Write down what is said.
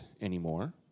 anymore